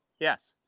yes.